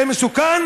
זה מסוכן